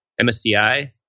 MSCI